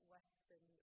Western